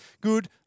good